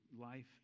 life